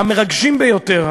המרגשים ביותר,